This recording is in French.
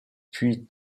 puis